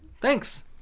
Thanks